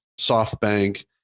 SoftBank